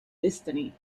destiny